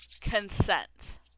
consent